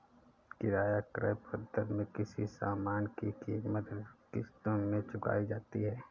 किराया क्रय पद्धति में किसी सामान की कीमत किश्तों में चुकाई जाती है